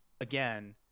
again